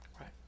Right